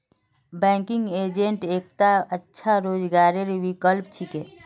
banking agent एकता अच्छा रोजगारेर विकल्प छिके